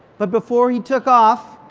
but before he took off,